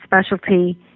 specialty